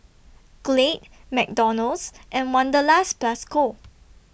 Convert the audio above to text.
Glade McDonald's and Wanderlust Plus Co